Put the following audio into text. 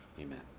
Amen